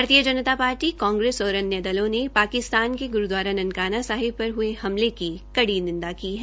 भारतीय जनता पार्टी कांग्रेस और अन्य दलों ने पाकिस्तान के गुरूद्वारा ननकाना साहिब पर हुए हमले की कड़ी निंदा की है